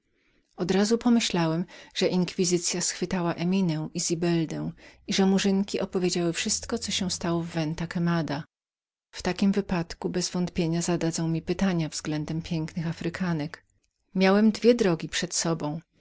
z razu myślałem że inkwizycya schwytała eminę i zibeldę i że murzynki opowiedziały wszystko co się stało w venta quemadaventa quemada w takim przypadku bezwątpienia zadadzą mi zapytania względem pięknych afrykanek miałem dwie drogi przed sobą